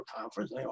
conference